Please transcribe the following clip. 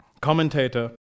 commentator